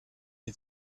die